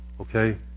Okay